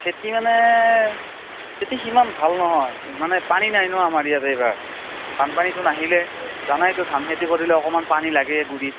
খেতি মানে খেতি সিমান ভাল নহয় মানে পানী নাই ন' আমাৰ ইয়াত এইবাৰ বানপানীটো নাহিলে জানাইতো ধান খেতি কৰিলে অকণমাণ পানী লাগেই গুৰিত